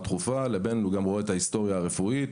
דחופה לדברים אחרים הוא רואה את ההיסטוריה הרפואית.